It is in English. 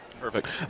perfect